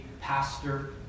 pastor